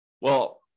well-